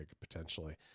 potentially